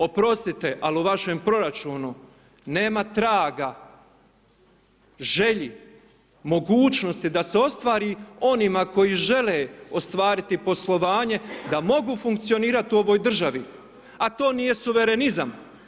Oprostite ali u vašem proračunu nema traga želji mogućnosti, da se ostvari onima koji žele ostvariti poslovanje, da mogu funkcionirati u ovoj državi, a to nije suvremenizam.